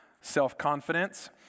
Self-confidence